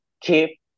keep